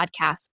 podcast